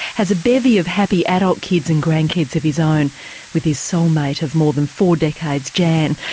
has a bevy of happy adult kids and grandkids of his own with his soul mate of more than four decades jan.